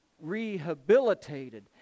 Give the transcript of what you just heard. rehabilitated